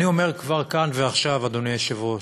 אני אומר כבר כאן ועכשיו, אדוני היושב-ראש: